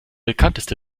bekannteste